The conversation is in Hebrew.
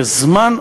זמן,